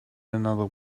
another